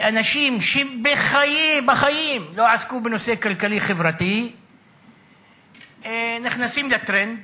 ואנשים שבחיים לא עסקו בנושא כלכלי-חברתי נכנסים לטרנד